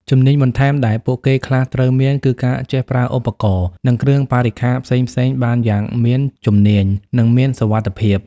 ជំនាញបន្ថែមដែលពួកគេខ្លះត្រូវមាន គឺការចេះប្រើឧបករណ៍ និងគ្រឿងបរិក្ខារផ្សេងៗបានយ៉ាងមានជំនាញ និងមានសុវត្តិភាព។